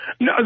No